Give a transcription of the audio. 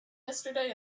yesterday